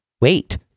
Wait